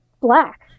black